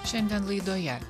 šiandien laidoje